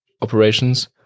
operations